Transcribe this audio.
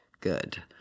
Good